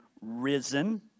risen